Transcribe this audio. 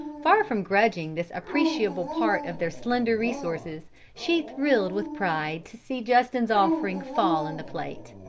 far from grudging this appreciable part of their slender resources, she thrilled with pride to see justin's offering fall in the plate.